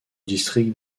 district